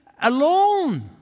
Alone